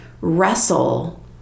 wrestle